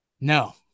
No